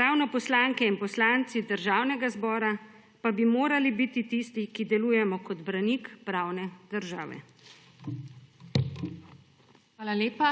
ravno poslanke in poslanci Državnega zbora pa bi morali biti tisti, ki delujemo kot branik pravne države. **PODPREDSEDNICA TINA HEFERLE:** Hvala lepa.